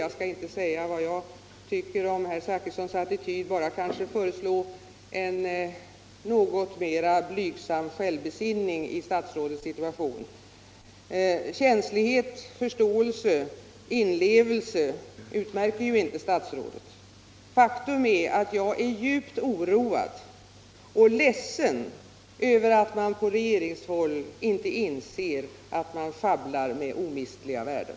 Jag skall inte säga vad jag tycker om herr Zachrissons attityd — bara kanske föreslå en något mer blygsam självbesinning i statsrådets situation. Känslighet, förståelse, inlevelse utmärker inte statsrådet. Faktum är att jag är djupt oroad och ledsen över att man på regeringshåll inte inser att man sjabblar med omistliga värden.